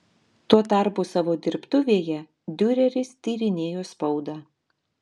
tuo tarpu savo dirbtuvėje diureris tyrinėjo spaudą